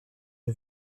est